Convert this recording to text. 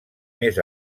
més